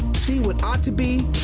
see what ought to be,